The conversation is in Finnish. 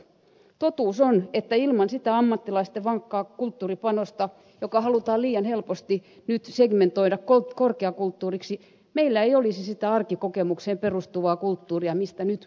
totuus on että ilman sitä ammattilaisten vankkaa kulttuuripanosta joka halutaan liian helposti nyt segmentoida korkeakulttuuriksi meillä ei olisi sitä arkikokemukseen perustuvaa kulttuuria mistä nyt keskustelemme